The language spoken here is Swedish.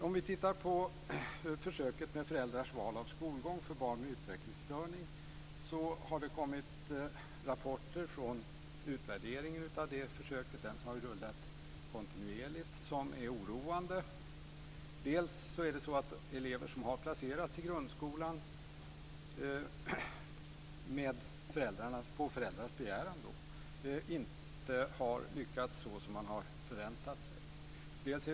Om vi tittar på försöket med föräldrars val av skolgång för barn med utvecklingsstörning har det kommit rapporter från utvärderingen av det försöket - det har ju rullat kontinuerligt - som är oroande. Dels har elever som har placerats i grundskolan på föräldrars begäran inte lyckats såsom man förväntat sig.